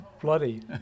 bloody